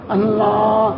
Allah